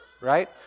right